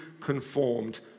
conformed